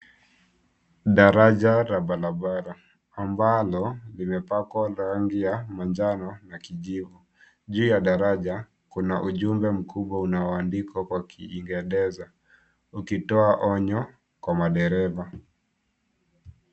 Daraja la barabara ambalo limepakwa rangi ya manjano na kijivu. Juu ya daraja kuna ujumbe mkubwa unaoandikwa kwa kiingereza ukitoa onyo kwa madereva.